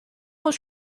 was